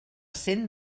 cent